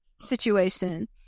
situation